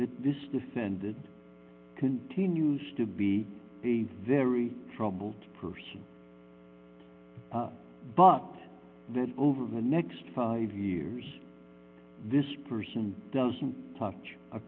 that this descended continues to be a very troubled person but that over the next five years this person doesn't touch a